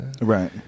right